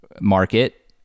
market